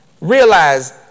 Realize